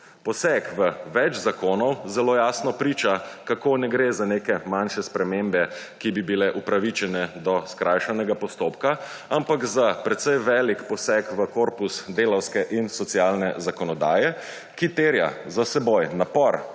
Poseg v več zakonov zelo jasno priča, kako ne gre za neke manjše spremembe, ki bi bile upravičene do skrajšanega postopka, ampak za precej velik poseg v korpus delavske in socialne zakonodaje, ki terja napor